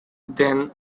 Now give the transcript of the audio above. then